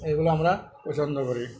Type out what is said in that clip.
এইগুলো আমরা পছন্দ করি